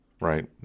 right